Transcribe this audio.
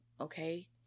okay